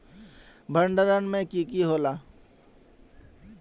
भण्डारण में की की होला?